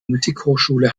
musikhochschule